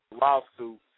lawsuit